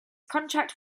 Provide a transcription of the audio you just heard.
contract